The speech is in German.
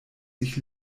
sich